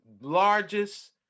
largest